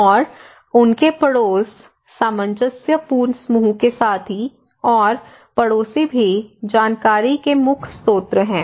और उनके पड़ोस सामंजस्यपूर्ण समूह के साथी और पड़ोसी भी जानकारी के मुख्य स्रोत हैं